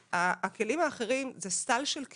הכלים האחרים זה סל של כלים.